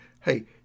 Hey